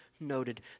noted